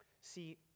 See